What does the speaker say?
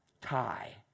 Tie